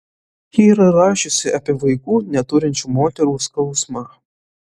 ji yra rašiusi apie vaikų neturinčių moterų skausmą